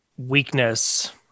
weakness